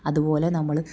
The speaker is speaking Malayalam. അതുപോലെ നമ്മൾ